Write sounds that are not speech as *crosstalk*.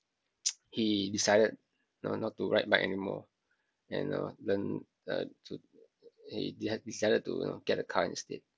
*noise* he decided you know not to ride bike anymore and know learn uh to he had decided to you know get a car instead